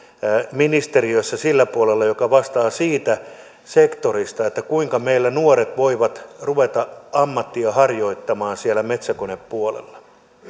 ministeriössä sillä puolella joka vastaa siitä sektorista kuinka meillä nuoret voivat ruveta ammattia harjoittamaan siellä metsäkonepuolella